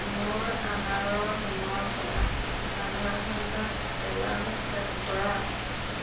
মোৰ আহাৰৰ সময়ৰপৰা আধা ঘণ্টাত এলাৰ্ম ছেট কৰা